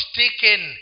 taken